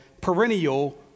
perennial